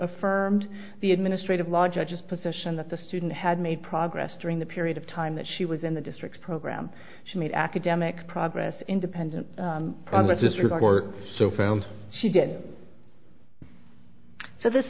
affirmed the administrative law judges position that the student had made progress during the period of time that she was in the districts program she made academic progress independent of what this report so found she did so this